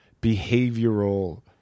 behavioral